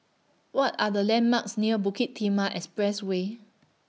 What Are The landmarks near Bukit Timah Expressway